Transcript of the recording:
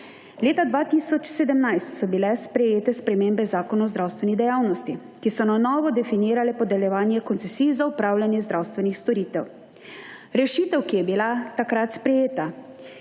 Leta 2017 so bile sprejete spremembe zakona o zdravstveni dejavnosti, ki so na novo definirale podeljevanje koncesij za opravljanje zdravstvenih storitev. Rešitev, ki je bila takrat sprejeta,